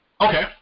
Okay